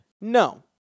No